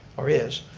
or is,